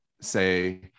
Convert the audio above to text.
say